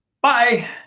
Bye